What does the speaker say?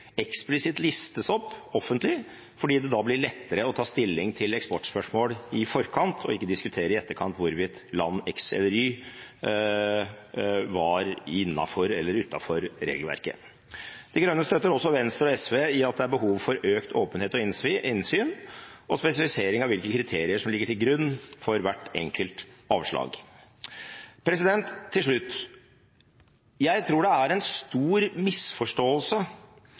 eksplisitt listes opp offentlig, fordi det da blir lettere å ta stilling til eksportspørsmål i forkant og ikke diskutere i etterkant hvorvidt land x eller land y var innenfor eller utenfor regelverket. De Grønne støtter også Venstre og SV i at det er behov for økt åpenhet og innsyn og en spesifisering av hvilke kriterier som ligger til grunn for hvert enkelt avslag. Til slutt: Jeg tror det er en stor misforståelse